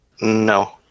No